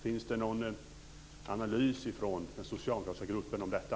Finns det någon analys från den socialdemokratiska gruppen om detta?